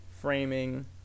framing